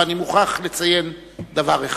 ואני מוכרח לציין דבר אחד,